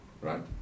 Right